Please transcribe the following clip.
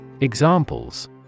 Examples